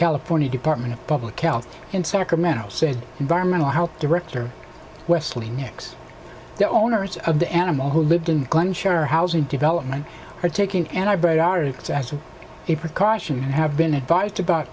california department of public health in sacramento said environmental health director wesley nix the owners of the animal who lived in glen share housing development are taking antibiotics as a precaution and have been advised about